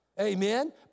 Amen